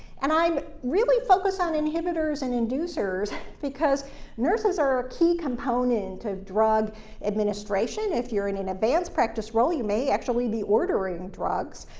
and i um really focus on inhibitors and inducers because nurses are a key component of drug administration. if you're in an advanced practice role, you may actually be ordering drugs,